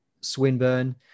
Swinburne